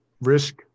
risk